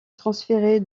transférée